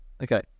Okay